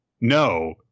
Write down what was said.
No